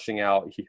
out